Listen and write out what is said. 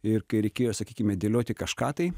ir kai reikėjo sakykime dėlioti kažką tai